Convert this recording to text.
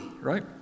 right